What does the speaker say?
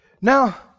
Now